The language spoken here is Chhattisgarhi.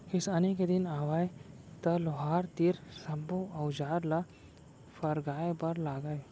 किसानी के दिन आवय त लोहार तीर सब्बो अउजार ल फरगाय बर लागय